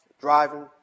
driving